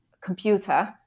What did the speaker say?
computer